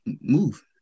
move